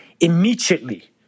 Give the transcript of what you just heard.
Immediately